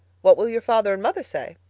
what will your father and mother say?